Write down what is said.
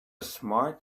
smart